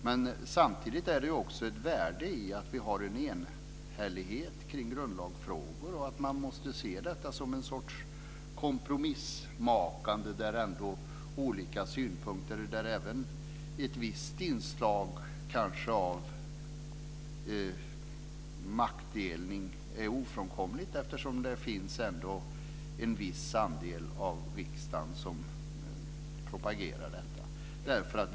Men samtidigt är det också ett värde i att vi har en enhällighet kring grundlagsfrågor. Man måste se detta som en sorts kompromissmakande med olika synpunkter där kanske ett visst inlag av maktdelning är ofrånkomlig. Det finns ändå en viss andel av riksdagen som propagerar för detta.